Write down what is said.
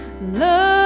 love